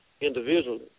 individually